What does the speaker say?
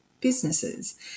businesses